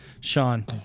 Sean